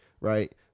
right